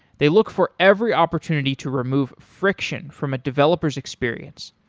they look for every opportunity to remove friction from a developer s experience.